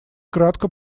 кратко